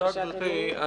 תודה גברתי.